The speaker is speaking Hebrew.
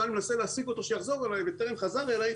אני מנסה להשיג אותו והוא טרם חזר אלי.